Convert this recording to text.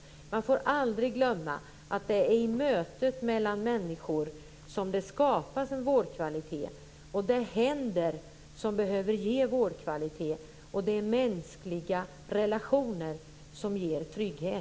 Man får aldrig glömma att det är i mötet mellan människor som det skapas en vårdkvalitet. Det är händer som behöver ge vårdkvalitet. Det är mänskliga relationer som ger trygghet.